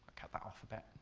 cut that off a bit.